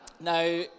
Now